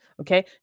okay